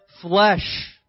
flesh